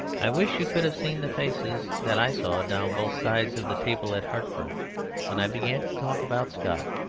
i wish you could have seen the faces that i saw down both sides of the table at hartford when i began to talk about scott.